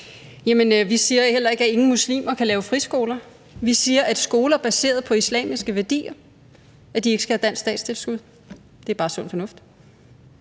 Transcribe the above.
Jamen vi siger heller ikke, at ingen muslimer kan lave friskoler. Vi siger, at skoler baseret på islamiske værdier ikke skal have dansk statstilskud. Det er bare sund fornuft.